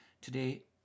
Today